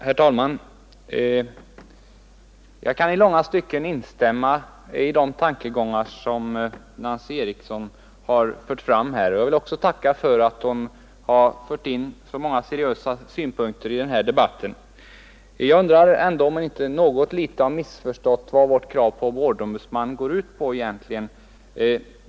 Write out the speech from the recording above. Herr talman! Jag kan i långa stycken instämma i de tankegångar som fru Nancy Eriksson fört fram här. Jag vill också tacka för att hon fört in så många seriösa synpunkter i debatten. Men jag undrar ändå om hon inte något litet missförstått vad vårt krav på en vårdombudsman egentligen 143 går ut på.